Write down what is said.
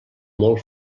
molt